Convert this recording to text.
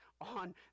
on